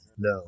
No